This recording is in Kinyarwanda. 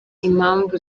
impamvu